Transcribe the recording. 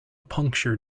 puncture